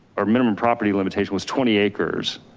or minimum property limitation was twenty acres.